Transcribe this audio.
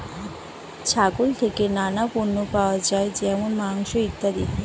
ছাগল থেকে নানা পণ্য পাওয়া যায় যেমন মাংস, ইত্যাদি